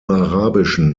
arabischen